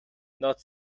not